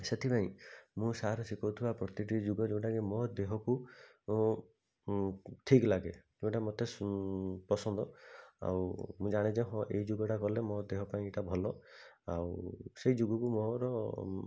ସେଥିପାଇଁ ମୁଁ ସାର୍ ଶିଖାଉଥିବା ପ୍ରତିଟି ଯୋଗ ଯଉଟାକି ମୋ ଦେହକୁ ଓ ଉଁ ଠିକ୍ ଲାଗେ ଯଉଟା ମତେ ପସନ୍ଦ ଆଉ ମୁଁ ଜାଣେ ଯେ ହଁ ଏଇ ଯୁଗ ଟା କଲେ ମୋ ଦେହ ପାଇଁ ଏଇଟା ଭଲ ଆଉ ସେଇ ଯୋଗକୁ ମୋର